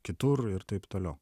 kitur ir taip toliau